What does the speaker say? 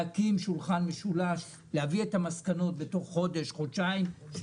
צריך להקים שולחן משולש ולהביא מסקנות בתוך חודש-חודשיים-שלושה.